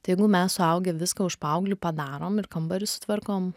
tai jeigu mes suaugę viską už paauglį padarom ir kambarį sutvarkom